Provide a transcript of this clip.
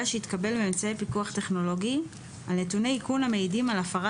שהתקבל מאמצעי פיקוח טכנולוגי על נתוני איכון המעידים על הפרת